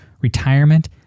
retirement